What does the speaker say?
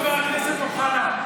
חבר הכנסת אוחנה,